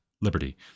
liberty